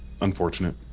unfortunate